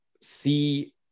see